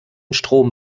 strom